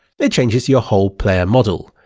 it changes your whole player model.